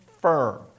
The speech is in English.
firm